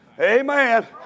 Amen